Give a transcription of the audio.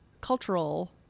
cultural